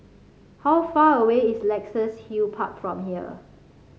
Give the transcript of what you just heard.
how far away is Luxus Hill Park from here